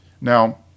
Now